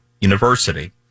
university